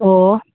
ꯑꯣ